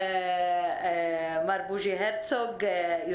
מר יצחק בוז'י הרצוג,